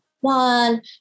one